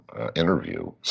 interview